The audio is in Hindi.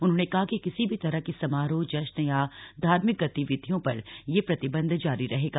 उन्होंने कहा कि किसी भी तरह के समारोह जश्न या धार्मिक गतिविधियों पर यह प्रतिबंध जारी रहेगा